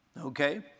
Okay